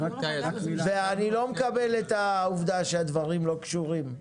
אני לא מקבל את העובדה שהדברים לא קשורים.